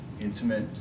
intimate